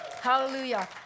Hallelujah